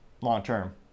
long-term